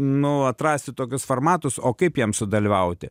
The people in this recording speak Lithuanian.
nu atrasti tokius formatus o kaip jiem sudalyvauti